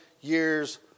years